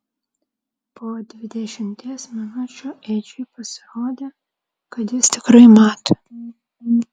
po dvidešimties minučių edžiui pasirodė kad jis tikrai mato